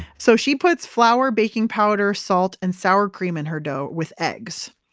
so she puts flour, baking powder, salt and sour cream in her dough with eggs.